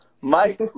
Mike